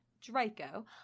Draco